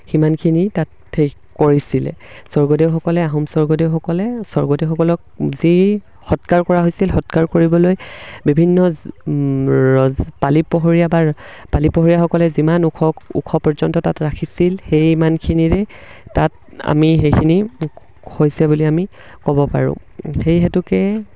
সিমানখিনি তাত সেই কৰিছিলে স্বৰ্গদেউসকলে আহোম স্বৰ্গদেউসকলে স্বৰ্গদেউসকলক যি সৎকাৰ কৰা হৈছিল সৎকাৰ কৰিবলৈ বিভিন্ন পালি পহৰীয়া বা পালি পহৰীয়াসকলে যিমান ওখ ওখ পৰ্যন্ত তাত ৰাখিছিল সেই ইমানখিনিৰে তাত আমি সেইখিনি হৈছে বুলি আমি ক'ব পাৰোঁ সেই হেতুকে